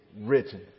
written